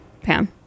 Pam